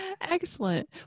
Excellent